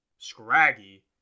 Scraggy